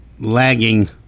lagging